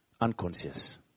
unconscious